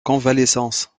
convalescence